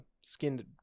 skinned